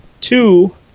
Two